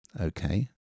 Okay